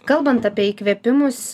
kalbant apie įkvėpimus